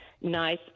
nice